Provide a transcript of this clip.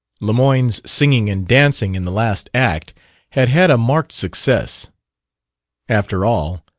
lemoyne's singing and dancing in the last act had had a marked success after all,